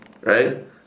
right